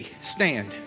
stand